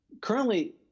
Currently